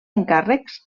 encàrrecs